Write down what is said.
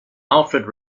alfred